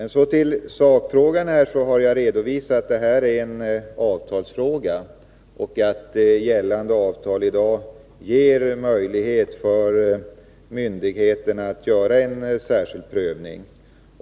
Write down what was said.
När det gäller sakfrågan har jag redovisat att det här är en avtalsfråga och att gällande avtal ger myndigheterna möjlighet att göra en särskild prövning.